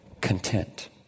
Content